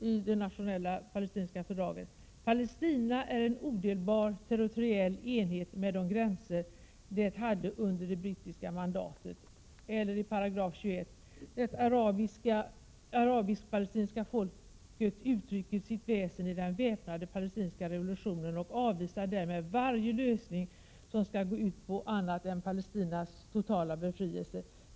I det nationella palestinska fördragets 2 § sägs: ”Palestina är en odelbar territoriell enhet med de gränser det hade under det brittiska mandatet.” I 21§ sägs: ”Det arabisk-palestinska folket uttrycker sitt väsen i den väpnade palestinska revolutionen och avvisar därmed varje lösning som skulle gå ut på annat än Palestinas totala befrielse.